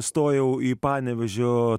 stojau į panevėžio